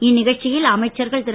இந்நிகழ்ச்சியில் அமைச்சர்கள் திரு